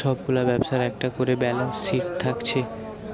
সব গুলা ব্যবসার একটা কোরে ব্যালান্স শিট থাকছে